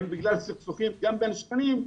הם בגלל סכסוכים גם בין שכנים,